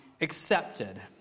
accepted